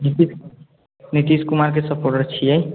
नीतीश नीतीश कुमारके सपोर्टर छियै